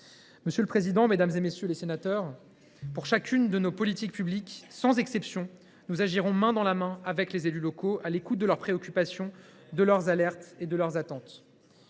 Monsieur le président, mesdames, messieurs les sénateurs, pour chacune de nos politiques publiques, sans exception, nous agirons main dans la main avec les élus locaux, à l’écoute de leurs préoccupations, de leurs alertes et de leurs attentes.